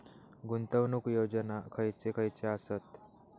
गुंतवणूक योजना खयचे खयचे आसत?